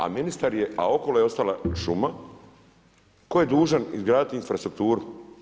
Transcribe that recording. A ministar je, a okolo je ostala šuma, tko je dužan izgraditi infrastrukturu?